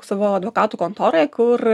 savo advokatų kontoroje kur